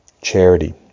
charity